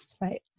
Right